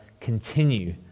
continue